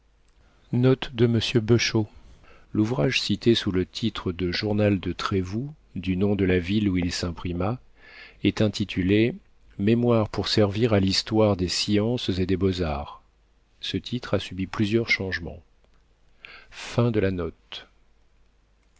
l'ouvrage cité sous le titre de journal de trévoux du nom de la ville où il s'imprima est intitulé mémoires pour servir à l'histoire des sciences et des beaux-arts ce titre a subi plusieurs changements